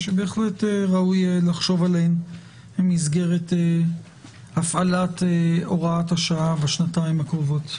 שבהחלט ראוי לחשוב עליהן במסגרת הפעלת הוראת השעה בשנתיים הקרובות.